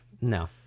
No